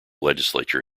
legislature